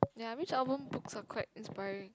ya Mitch-Albom books are quite inspiring